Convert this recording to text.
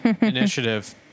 initiative